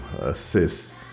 assist